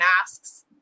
masks